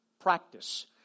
practice